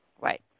Right